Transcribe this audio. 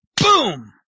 boom